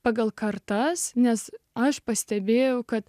pagal kartas nes aš pastebėjau kad